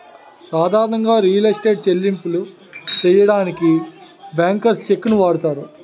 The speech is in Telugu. సాధారణంగా రియల్ ఎస్టేట్ చెల్లింపులు సెయ్యడానికి బ్యాంకర్స్ చెక్కుని వాడతారు